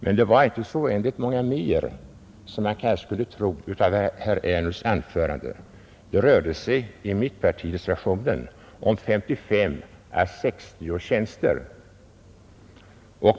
Men det var inte så oändligt många fler som man skulle kunna tro av herr Ernulfs anförande; det rörde sig i mittpartireservationen om 55 å 60 tjänster.